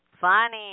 funny